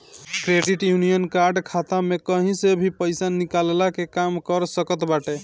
credit union card खाता में कही से भी पईसा निकलला के काम कर सकत बाटे